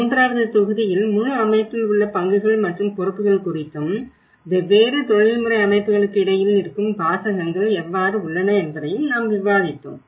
மூன்றாவது தொகுதியில் முழு அமைப்பில் உள்ள பங்குகள் மற்றும் பொறுப்புகள் குறித்தும் வெவ்வேறு தொழில்முறை அமைப்புகளுக்கு இடையில் இருக்கும் வாசகங்கள் எவ்வாறு உள்ளன என்பதையும் நாம் விவாதித்தோம்